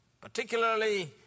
particularly